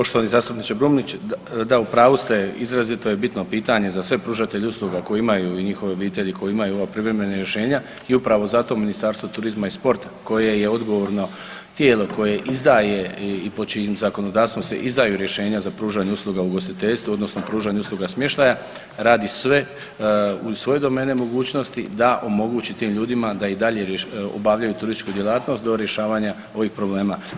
Poštovani zastupniče Brumnić, da u pravu ste izrazito je bitno pitanje za sve pružatelje usluga koje imaju, i njihove obitelji, koji imaju ova privremena rješenja i upravo zato Ministarstvo turizma i sporta koje je odgovorno tijelo koje izdaje i pod čijim zakonodavstvom se izdaju rješenja za pružanje usluga u ugostiteljstvu odnosno pružanja usluga smještaja, radi sve u svojoj domeni i mogućnosti da omogući tim ljudima da i dalje obavljaju turističku djelatnost do rješavanja ovih problema.